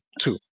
two